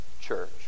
church